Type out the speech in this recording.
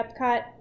Epcot